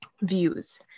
views